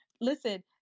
Listen